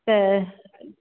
त